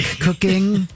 cooking